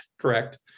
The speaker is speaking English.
correct